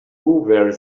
were